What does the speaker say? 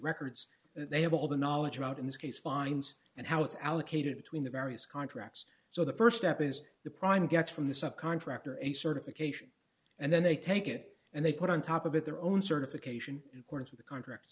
records they have all the knowledge about in this case fines and how it's allocated between the various contracts so the st step is the prime gets from the subcontractor a certification and then they take it and they put on top of it their own certification according to the contract